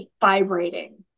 vibrating